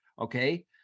okay